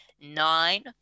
nine